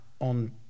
on